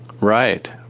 Right